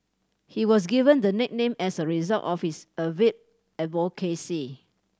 he was given the nickname as a result of his avid advocacy